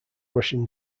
russian